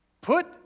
put